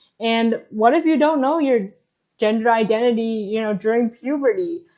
and what if you don't know your gender identity you know during puberty,